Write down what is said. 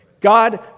God